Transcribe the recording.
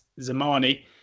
Zamani